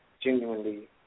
genuinely